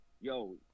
yo